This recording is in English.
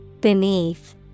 Beneath